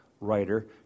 writer